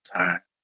time